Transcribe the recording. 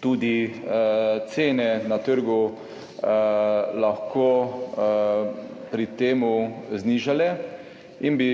tudi cene na trgu lahko znižale in bi